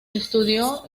estudió